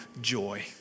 joy